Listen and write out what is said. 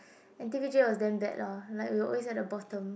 and T_P_J was damn bad lah like we were always at the bottom